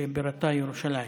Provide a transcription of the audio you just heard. שבירתה ירושלים.